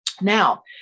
Now